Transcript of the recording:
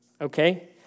Okay